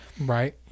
Right